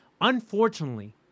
Unfortunately